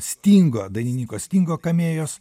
stingo dainininko stingo kamėjos